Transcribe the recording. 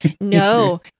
No